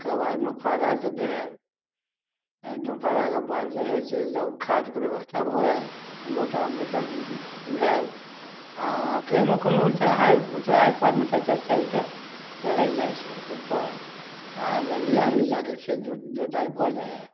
तकर बादमे फाड़ा जोताएल फाड़ाके बाद जे छै से जब खादके बेबस्था भऽ गेल रोटावेटर भेल आओर केहनो केहनो चढ़ाइ उतराइपरमे ट्रैकटर चढ़िके चढ़ि जाइ छै उपर आओर जल्दी आबि जाकऽ खेत जोताइ भऽ जाइ हइ